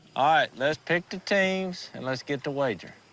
ah let's pick the teams and let's get the wager.